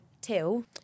till